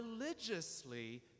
religiously